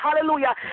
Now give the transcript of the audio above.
Hallelujah